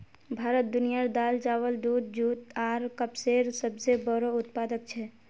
भारत दुनियार दाल, चावल, दूध, जुट आर कपसेर सबसे बोड़ो उत्पादक छे